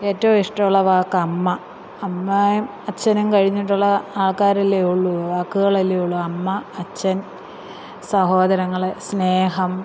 എറ്റോം ഇഷ്ടമുള്ള വാക്ക് അമ്മ അമ്മയും അച്ഛനും കഴിഞ്ഞിട്ടുള്ള ആൾക്കാരല്ലേ ഉള്ളു വാക്കുകളല്ലേ ഉള്ളു അമ്മ അച്ഛൻ സഹോദരങ്ങൾ സ്നേഹം